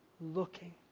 looking